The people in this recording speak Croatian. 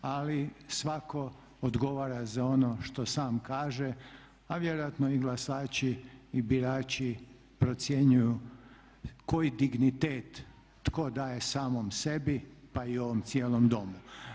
Ali svatko odgovara za ono što sam kaže, a vjerojatno i glasači i birači procjenjuju koji dignitet tko daje samom sebi pa i ovom cijelom Domu.